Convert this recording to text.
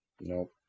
Nope